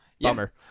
Bummer